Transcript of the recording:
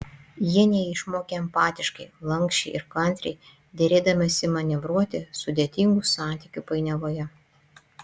jie neišmokę empatiškai lanksčiai ir kantriai derėdamiesi manevruoti sudėtingų santykių painiavoje